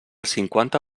cinquanta